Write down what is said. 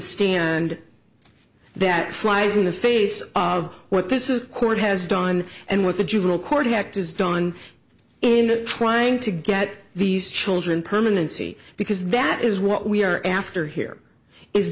stand that flies in the face of what this is court has done and what the juvenile court act is done in trying to get these children permanency because that is what we are after here is